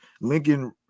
lincoln